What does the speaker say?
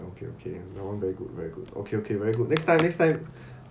okay okay no very good very good okay okay very good next time next time